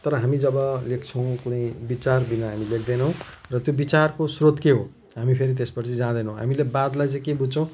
तर हामी जब लेख्छौँ कुनै विचारबिना हामी लेख्दैनौँ र त्यो विचारको स्रोत के हो हामी फेरि त्यसपट्टि चाहिँ जाँदैनौँ हामीले वादलाई चाहिँ के बुझ्छौँ